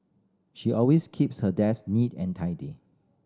she always keeps her desk neat and tidy